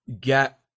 get